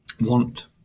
want